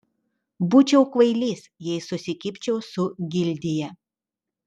būčiau kvailys jei susikibčiau su gildija